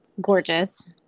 gorgeous